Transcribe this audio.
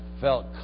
felt